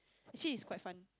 actually is quite fun